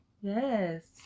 Yes